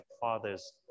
fathers